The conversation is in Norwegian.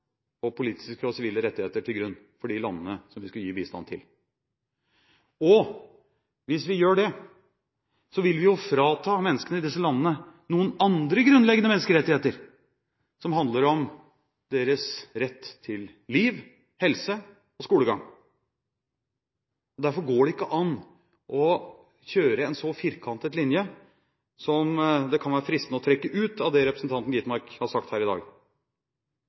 politiske og sivile rettigheter til grunn for de landene vi skal gi bistand til. Hvis vi gjør det, vil vi frata menneskene i disse landene noen andre grunnleggende menneskerettigheter som handler om deres rett til liv, helse og skolegang. Derfor går det ikke an å være så firkantet som det en kan være fristet å trekke ut av det representanten Skovholt Gitmark har sagt her i dag.